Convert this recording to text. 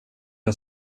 jag